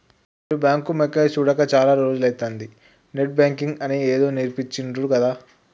నేను బాంకు మొకేయ్ సూడక చాల రోజులైతంది, నెట్ బాంకింగ్ అని ఏదో నేర్పించిండ్రు గదా